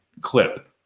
clip